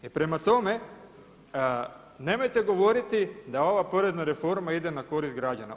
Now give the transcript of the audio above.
I prema tome nemojte govoriti da ova porezna reforma ide na korist građana.